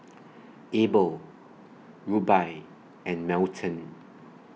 Abel Rubye and Melton